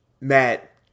Matt